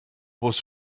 was